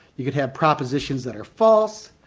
you could have propositions that are false,